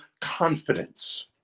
confidence